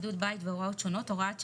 בוקר טוב,